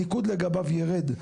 הניקוד לגביו ירד.